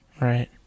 right